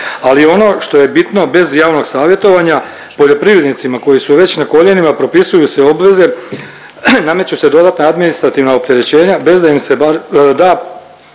Ali ono što je bitno bez javnog savjetovanja poljoprivrednicima koji su već na koljenima propisuju se obveze, nameću se dodatna administrativna opterećenja bez da im se da